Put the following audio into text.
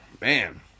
Man